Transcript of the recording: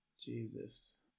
Jesus